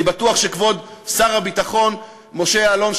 אני בטוח שכבוד שר הביטחון משה יעלון,